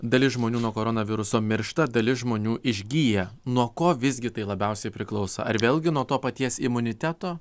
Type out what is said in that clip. dalis žmonių nuo koronaviruso miršta dalis žmonių išgyja nuo ko visgi tai labiausiai priklauso ar vėlgi nuo to paties imuniteto